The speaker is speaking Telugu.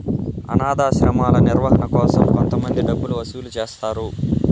అనాధాశ్రమాల నిర్వహణ కోసం కొంతమంది డబ్బులు వసూలు చేస్తారు